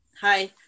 Hi